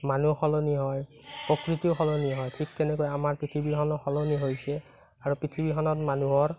মানুহ সলনি হয় প্ৰকৃতিও সলনি হয় ঠিক তেনেকৈ আমাৰ প্ৰকৃতিখনো সলনি হৈছে আৰু পৃথিৱীখনত মানুহৰ